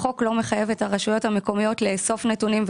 החוק לא מחייב את הרשויות המקומיות לאסוף נתונים,